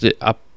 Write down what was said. up